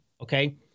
Okay